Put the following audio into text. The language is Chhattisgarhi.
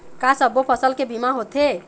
का सब्बो फसल के बीमा होथे?